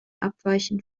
abweichen